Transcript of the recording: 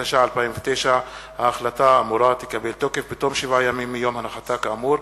התש"ע 2009. ההחלטה האמורה תקבל תוקף בתום שבעה ימים מיום הנחתה כאמור,